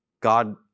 God